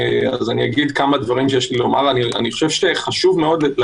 את זה אמורה לעשות הכנסת.